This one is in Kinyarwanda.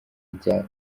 rya